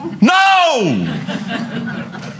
No